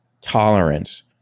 tolerance